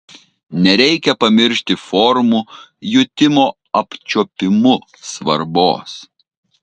nereikia pamiršti formų jutimo apčiuopimu svarbos